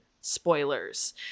spoilers